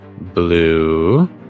blue